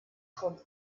schon